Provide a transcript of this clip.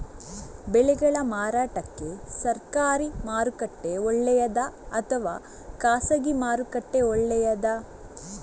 ಬೆಳೆಗಳ ಮಾರಾಟಕ್ಕೆ ಸರಕಾರಿ ಮಾರುಕಟ್ಟೆ ಒಳ್ಳೆಯದಾ ಅಥವಾ ಖಾಸಗಿ ಮಾರುಕಟ್ಟೆ ಒಳ್ಳೆಯದಾ